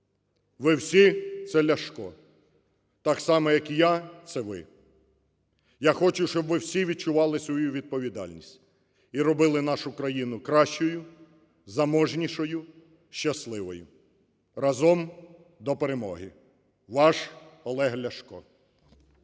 Ви всі – це Ляшко, так само як і я - це ви. Я хочу, щоб ви всі відчували свою відповідальність і робили нашу країну кращою, заможнішою, щасливою. Разом до перемоги! Ваш Олег Ляшко.